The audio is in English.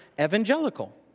evangelical